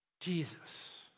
Jesus